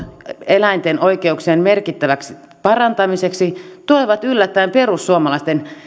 eläinten oikeuksien merkittäväksi parantamiseksi tulevat yllättäen perussuomalaisten